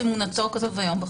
"אמונתו" כתוב היום בחוק.